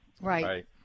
Right